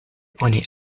oni